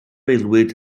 aelwyd